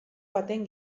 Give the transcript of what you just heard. baten